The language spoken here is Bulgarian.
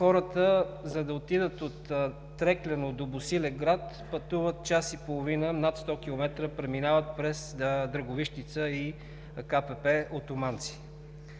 Хората, за да отидат от Трекляно до Босилеград, пътуват час и половина – над 100 км преминават през Драговищица и КПП Отоманци.